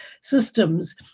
systems